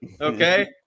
okay